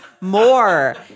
more